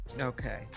Okay